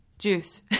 Juice